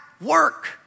work